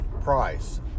price